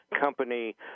company